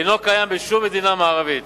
אינו קיים בשום מדינה מערבית.